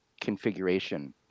configuration